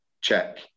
check